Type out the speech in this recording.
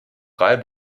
drei